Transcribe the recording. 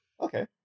Okay